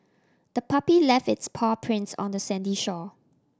the puppy left its paw prints on the sandy shore